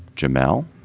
jamal.